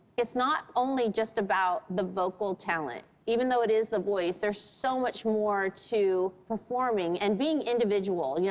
it's not only just about the vocal talent. even though it is the voice, there's so much more to performing and being individual, you